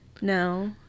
No